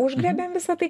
užgriebėm visa tai